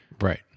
Right